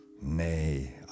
Nay